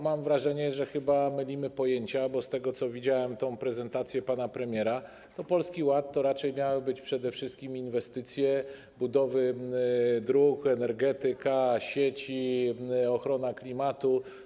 Mam wrażenie, że chyba mylimy pojęcia, bo widziałem tę prezentację pana premiera, Polski Ład to miały być przede wszystkim inwestycje, budowy dróg, energetyka, sieci, ochrona klimatu.